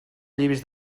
llevis